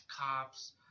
cops